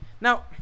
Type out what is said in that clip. Now